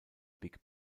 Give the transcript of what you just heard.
big